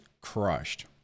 crushed